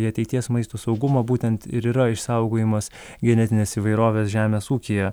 į ateities maisto saugumą būtent ir yra išsaugojimas genetinės įvairovės žemės ūkyje